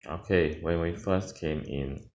okay when we first came in